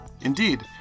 Indeed